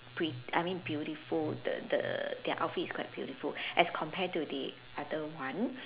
pret~ I mean beautiful the the their outfit is quite beautiful as compared to the other one